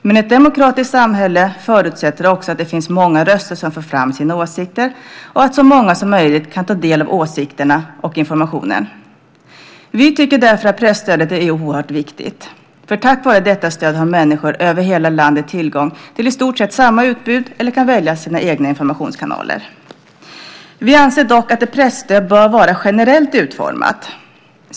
Men ett demokratiskt samhälle förutsätter också att det finns många röster som för fram sina åsikter och att så många som möjligt kan ta del av åsikterna och informationen. Vi tycker därför att presstödet är oerhört viktigt. Tack vare detta stöd har människor över hela landet tillgång till i stort sett samma utbud eller kan välja sina egna informationskanaler. Vi anser dock att ett presstöd bör vara generellt utformat.